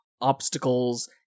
obstacles